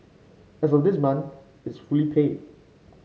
as of this month it's fully paid